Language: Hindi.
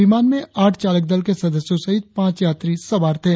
विमान में आठ चालक दल के सदस्यों सहित पांच यात्री सवार थे